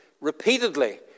repeatedly